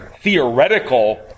theoretical